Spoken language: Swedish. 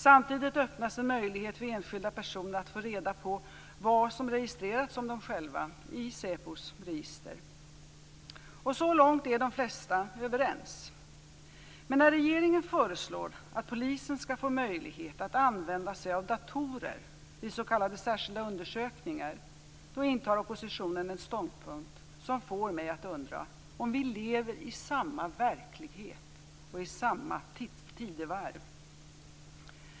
Samtidigt öppnas en möjlighet för enskilda personer att få reda på vad som har registrerats om dem själva i säpos register. Så långt är de flesta överens. Men när regeringen föreslår att polisen skall få möjlighet att använda sig av datorer vid s.k. särskilda undersökningar, då intar oppositionen en ståndpunkt som får mig att undra om vi lever i samma verklighet och i samma tidevarv.